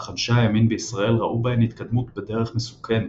אך אנשי הימין בישראל ראו בהן התקדמות בדרך מסוכנת,